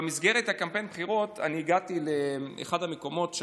במסגרת קמפיין הבחירות הגעתי לאחד המקומות,